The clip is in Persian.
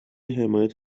حمایت